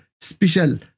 special